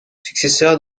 successeur